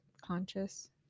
conscious